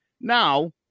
Now